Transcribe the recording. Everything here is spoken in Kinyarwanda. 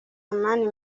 amani